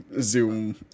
Zoom